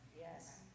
Yes